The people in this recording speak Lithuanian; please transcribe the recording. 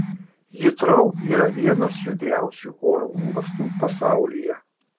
hitrou yra vienas judriausių oro uostų pasaulyje